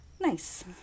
Nice